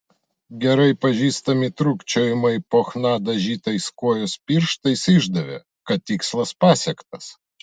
gerai pažįstami trūkčiojimai po chna dažytais kojos pirštais išdavė kad tikslas pasiektas